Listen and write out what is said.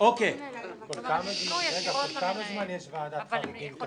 כל כמה זמן יש ועדת חריגים כזאת?